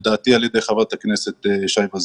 לדעתי על ידי חברת הכנסת שי וזאן.